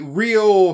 real